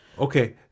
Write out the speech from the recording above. okay